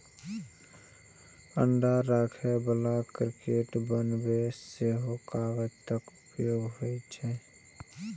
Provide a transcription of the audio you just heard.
अंडा राखै बला क्रेट बनबै मे सेहो कागतक उपयोग होइ छै